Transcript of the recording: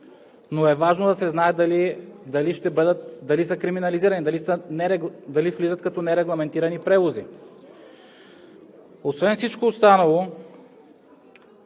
Но е важно да се знае дали са криминализирани, дали влизат като нерегламентирани превози. Освен всичко останало